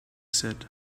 said